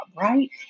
right